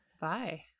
Bye